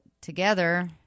together